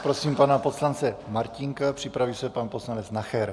Poprosím pana poslance Martínka, připraví se pan poslanec Nacher.